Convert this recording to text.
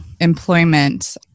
employment